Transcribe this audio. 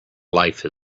life